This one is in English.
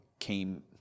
came